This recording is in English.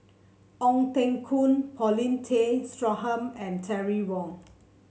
Ong Teng Koon Paulin Tay Straughan and Terry Wong